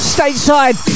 Stateside